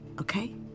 Okay